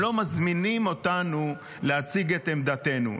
הם לא מזמינים אותנו להציג את עמדתנו.